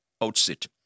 outset